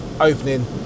opening